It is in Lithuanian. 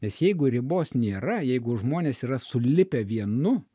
nes jeigu ribos nėra jeigu žmonės yra sulipę vienu